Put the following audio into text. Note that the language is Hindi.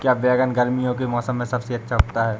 क्या बैगन गर्मियों के मौसम में सबसे अच्छा उगता है?